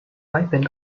ripen